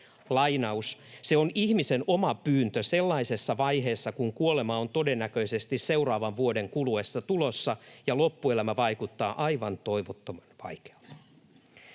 ’Se on ihmisen oma pyyntö sellaisessa vaiheessa, kun kuolema on todennäköisesti seuraavan vuoden kuluessa tulossa ja loppuelämä vaikuttaa aivan toivottoman vaikealta.’”